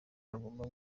bagomba